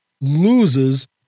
loses